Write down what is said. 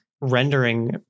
rendering